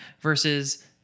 versus